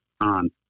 on